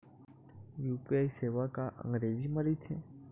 UPI सेवा का अंग्रेजी मा रहीथे?